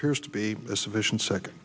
appears to be a sufficient second